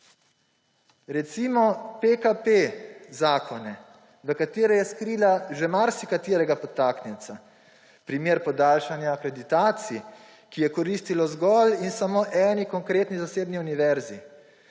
Recimo PKP zakone, v katere je skrila že marsikaterega podtaknjenca, primer podaljšanja akreditacij, ki je koristilo zgolj in samo eni konkretni zasebni univerzi.